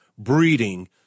Breeding